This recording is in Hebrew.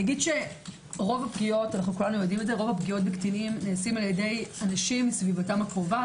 רוב הפגיעות בקטינים נעשים על ידי אנשים בסביבתם הקרובה.